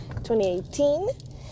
2018